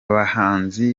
bahanzi